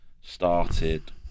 started